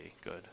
good